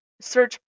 search